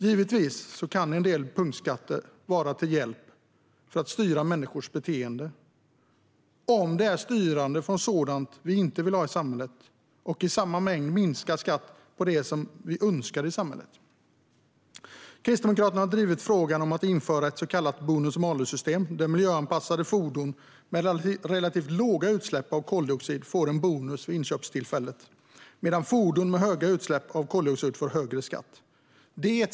Givetvis kan en del punktskatter vara till hjälp för att styra människors beteende - om de styr från sådant vi inte vill ha i samhället, och om man sänker skatten med lika mycket på det som vi önskar i samhället. Kristdemokraterna har drivit frågan om att införa ett så kallat bonus-malus-system. Miljöanpassade fordon med relativt låga utsläpp av koldioxid ger en bonus vid inköpstillfället, medan fordon med höga utsläpp av koldioxid får högre skatt.